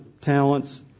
talents